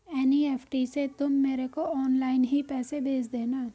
NEFT से तुम मेरे को ऑनलाइन ही पैसे भेज देना